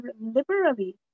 liberally